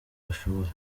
bashobora